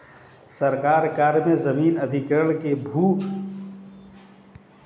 सरकारी कार्य में जमीन अधिग्रहण के बाद भू अर्जन विभाग द्वारा भूमि का दाम दिया जाता है